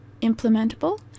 implementable